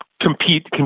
compete